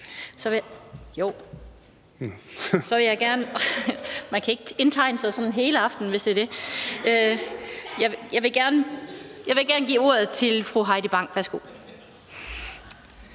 Jo, det har hun. Man kan ikke indtegne sig sådan hele aftenen, hvis det er det. Jeg vil gerne give ordet til fru Heidi Bank. Værsgo.